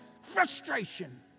frustration